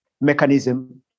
mechanism